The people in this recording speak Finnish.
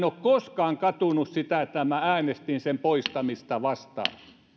ole koskaan katunut sitä että äänestin sen poistamista vastaan